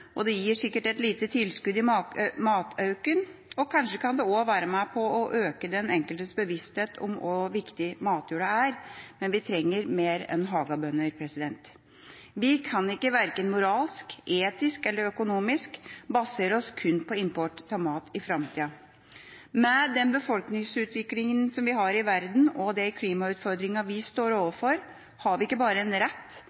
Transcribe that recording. gir sikkert et lite tilskudd til matauken, og kanskje kan det også være med på å øke den enkeltes bevissthet om hvor viktig matjorda er, men vi trenger mer enn hagebønder. Vi kan ikke – verken moralsk, etisk eller økonomisk – basere oss kun på import av mat i framtida. Med den befolkningsutviklingen vi har i verden, og de klimautfordringene vi står